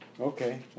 Okay